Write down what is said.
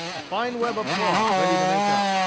a fine web of cloth ready to make up.